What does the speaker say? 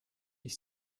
ich